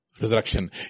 resurrection